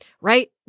Right